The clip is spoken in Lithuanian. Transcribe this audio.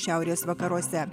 šiaurės vakaruose